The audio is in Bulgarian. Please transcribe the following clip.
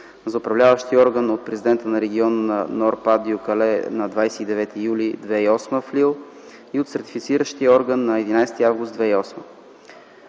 за Управляващия орган – от президента на регион Нор-Па дьо Кале на 29 юли 2008 г. в Лил, и от Сертифициращия орган – на 11 август 2008